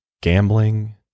gambling